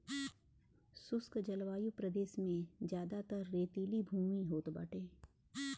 शुष्क जलवायु प्रदेश में जयादातर रेतीली भूमि होत बाटे